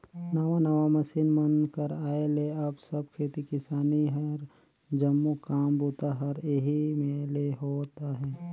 नावा नावा मसीन मन कर आए ले अब सब खेती किसानी कर जम्मो काम बूता हर एही मे ले होवत अहे